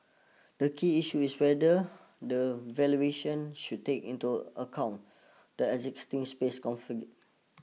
the key issue is whether the valuation should take into account the existing space configure